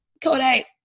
Kodak